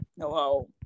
Hello